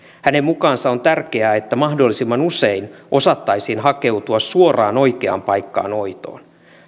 hänen mukaansa on tärkeää että mahdollisimman usein osattaisiin hakeutua suoraan oikeaan paikkaan hoitoon